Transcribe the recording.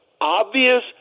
obvious